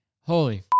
holy